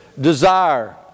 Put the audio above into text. desire